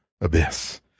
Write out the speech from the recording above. Abyss